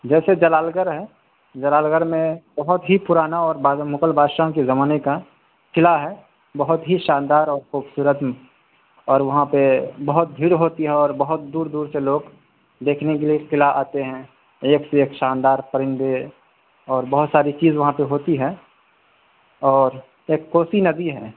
جیسے جلال گڑھ ہے جلال گڑھ میں بہت ہی پرانا اور مغل بادشاہ کے زمانے کا قلعہ ہے بہت ہی شاندار اور خوبصورت اور وہاں پہ بہت بھیڑ ہوتی ہے اور بہت دور دور سے لوگ دیکھنے کے لیے قلعہ آتے ہیں ایک سے ایک شاندار پرندے اور بہت ساری چیز وہاں پہ ہوتی ہے اور ایک کوسی ندی ہے